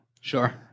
Sure